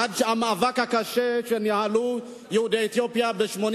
עד המאבק הקשה שניהלו יהודי אתיופיה בשנים